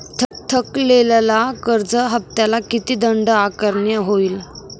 थकलेल्या कर्ज हफ्त्याला किती दंड आकारणी होईल?